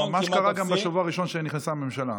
זה ממש קרה גם בשבוע הראשון שנכנסה הממשלה.